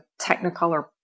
Technicolor